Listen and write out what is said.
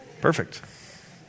Perfect